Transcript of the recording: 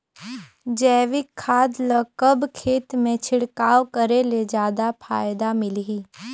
जैविक खाद ल कब खेत मे छिड़काव करे ले जादा फायदा मिलही?